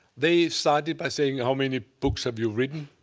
they started by saying, how many books have you written?